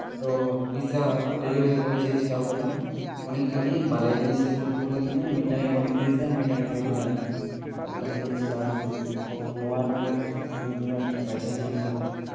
ᱛᱚ pizza delivery boy ᱪᱮᱫᱼᱮ ᱪᱮᱠᱟᱣ ᱠᱟᱫᱟ ᱩᱱᱤ ᱠᱷᱟᱹᱞᱤ ᱵᱟᱨᱭᱟ ᱡᱤᱱᱤᱥᱮᱭ ᱟᱹᱜᱩ ᱦᱚᱴᱚᱣ ᱠᱟᱹᱫᱤᱧᱟ ᱢᱤᱫᱴᱟᱝ ᱦᱩᱭᱩᱜ ᱠᱟᱱᱟ ᱯᱤᱡᱽᱡᱟ ᱢᱤᱫᱴᱟᱝ ᱦᱩᱭᱩᱜ ᱠᱟᱱᱟ ᱵᱤᱨᱤᱭᱟᱱᱤ ᱵᱟᱠᱤ ᱡᱤᱱᱤᱥ ᱵᱟᱭ ᱟᱹᱜᱩ ᱦᱚᱴᱚᱣ ᱠᱟᱹᱫᱤᱧᱟ ᱛᱚ ᱱᱚᱣᱟ ᱨᱮᱱᱟᱜ ᱤᱧ ᱩᱱᱟᱹᱜ ᱰᱷᱮᱨ ᱯᱚᱭᱥᱟᱧ ᱮᱢ ᱠᱟᱫᱟ